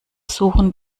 suchen